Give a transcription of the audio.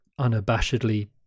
unabashedly